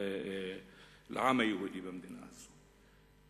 לעם היהודי במדינה הזאת.